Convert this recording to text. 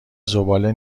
زباله